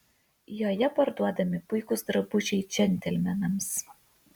joje parduodami puikūs drabužiai džentelmenams